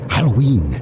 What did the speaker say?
Halloween